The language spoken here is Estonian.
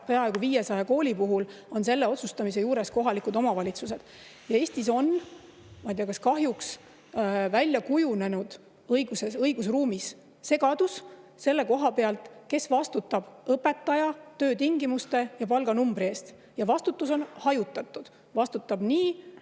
peaaegu 500 kooli puhul on selle otsustamise juures kohalikud omavalitsused. Eestis on – ma ei tea, kas kahjuks – kujunenud õigusruumis välja segadus selle koha pealt, kes vastutab õpetaja töötingimuste ja palganumbri eest. Vastutus on hajutatud. Vastutab nii